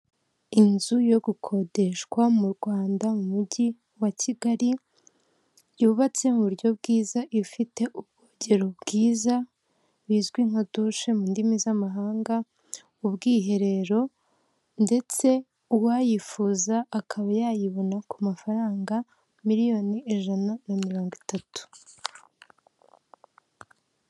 Inzu yo gukodeshwa mu Rwanda mu mujyi wa Kigali, yubatse mu buryo bwiza, ifite ubwogero bwiza, bizwi nka dushe mu ndimi z'amahanga, ubwiherero ndetse uwayifuza akaba yayibona ku mafaranga, miliyoni ijana na mirongo itatu.